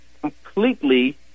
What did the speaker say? completely